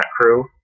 crew